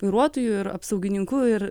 vairuotoju ir apsaugininku ir